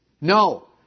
No